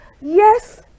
Yes